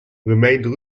remained